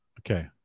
okay